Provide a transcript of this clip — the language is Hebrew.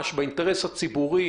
הצורך.